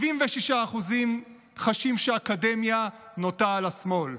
76% חשים שהאקדמיה נוטה לשמאל.